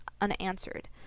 unanswered